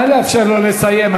נא לאפשר לו לסיים.